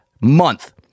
month